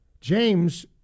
James